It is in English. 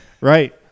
Right